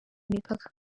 imipaka